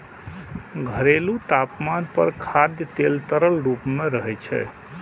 घरेलू तापमान पर खाद्य तेल तरल रूप मे रहै छै